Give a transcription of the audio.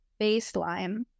baseline